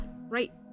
right